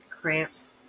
cramps